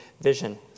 vision